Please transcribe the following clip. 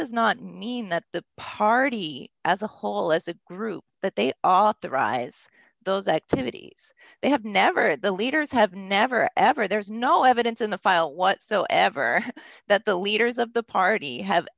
does not mean that the party as a whole is a group that they authorize those activities they have never had the leaders have never ever there's no evidence in the file whatsoever that the leaders of the party have